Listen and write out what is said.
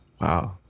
Wow